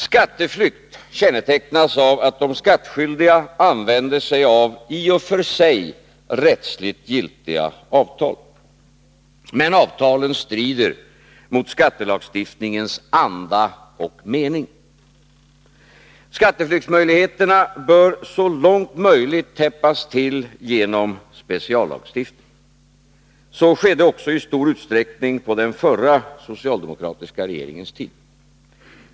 Skatteflykt kännetecknas av att de skattskyldiga använder sig av i och för sig rättsligt giltiga avtal, men avtalen strider mot skattelagstiftningens anda och mening. Skatteflyktsmöjligheterna bör så långt det går täppas till genom speciallagstiftning. Så skedde också i stor utsträckning på den förra socialdemokratiska regeringens tid.